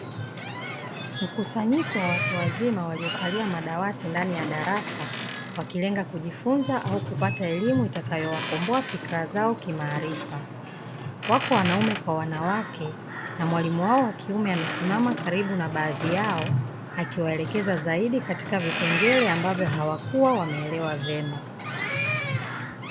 Mkusanyiko wa watu wazima waliokalia madawati ndani ya darasa wakilenga kujifunza au kupata elimu itakayowakomboa fikra zao kimaarifa, wako wanaume kwa wanawake na mwalimu wao wa kiume amesimama karibu na baadhi yao, akiwaelekeza zaidi katika vipengele ambavyo hawakuwa wameelewa vyema